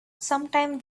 sometime